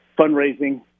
fundraising